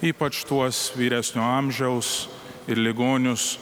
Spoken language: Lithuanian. ypač tuos vyresnio amžiaus ir ligonius